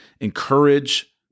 encourage